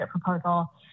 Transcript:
proposal